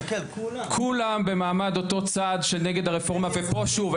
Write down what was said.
כולם במעמד אותו צד שנגד הרפורמה ופה שוב,